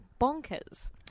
bonkers